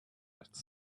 its